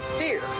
fear